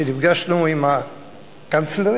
כשנפגשנו עם הקנצלרית.